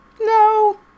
no